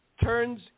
turns